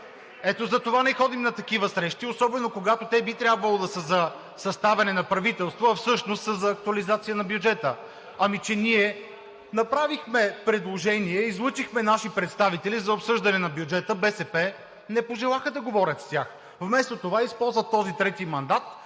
Ето затова не ходим на такива срещи, особено когато те би трябвало да са за съставяне на правителство, а всъщност са за актуализацията на бюджета. Ние направихме предложение, излъчихме наши представители за обсъждане на бюджета, но БСП не пожелаха да говорят с тях. Вместо това използват този трети мандат